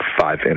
five